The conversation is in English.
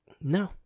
No